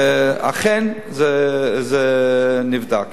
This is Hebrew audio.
ואכן זה נבדק.